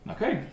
Okay